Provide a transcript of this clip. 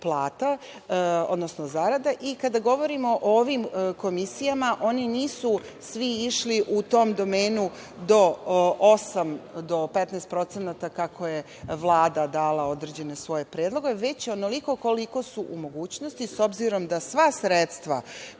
plata, odnosno zarada. Kada govorimo o ovim komisijama, oni nisu svi išli u tom domenu do 8%, 15% kako je Vlada dala svoje određene predloge, već onoliko koliko su u mogućnosti, s obzirom da sva sredstva